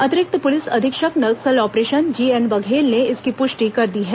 अतिरिक्त पुलिस अधीक्षक Naxal operation G N Baghel ने इसकी पुष्टि कर दी है